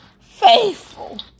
faithful